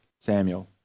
Samuel